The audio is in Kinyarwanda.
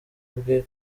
bwe